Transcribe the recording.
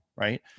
right